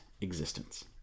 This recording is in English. existence